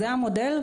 זה המודל,